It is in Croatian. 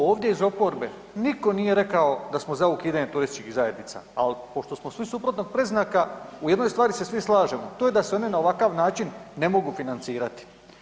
Ovdje iz oporbe nitko nije rekao da smo za ukidanje turističkih zajednica, ali pošto smo svi suprotnog predznaka u jednoj se stvari svi slažemo to je da se one na ovakav način ne mogu financirati.